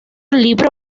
libro